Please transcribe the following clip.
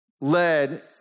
led